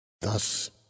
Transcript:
Thus